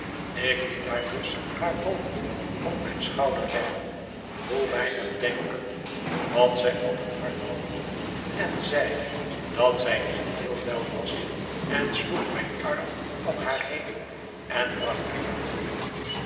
ik liet haar dus haar hoofd op mijn schouder leggen hoe weinig denkende wat zij op het hart had en zeide dat zij niet heel wel was en sloeg mijn arm om haar heen en bracht haar naar boven